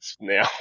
now